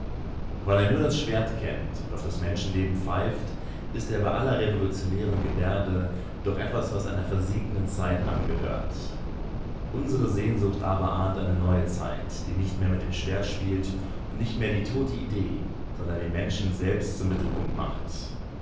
weil er nur das schwert kennt und auf das menschenleben pfeift ist er bei aller revolutionären gebärde doch etwas was einer versinkenden zeit angehört unsere sehnsucht aber ahnt eine neue zeit die nicht mehr mit dem schwert spielt und nicht mehr die tote idee sondern den menschen selbst zum mittelpunkt macht